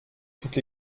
toutes